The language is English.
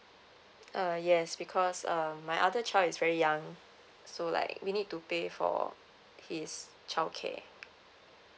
uh yes because um my other child is very young so like we need to pay for his childcare